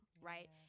right